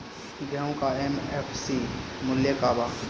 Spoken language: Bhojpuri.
गेहू का एम.एफ.सी मूल्य का बा?